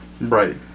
Right